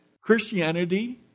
Christianity